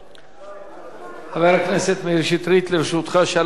חבר הכנסת מאיר שטרית, לרשותך שלוש דקות נוספות,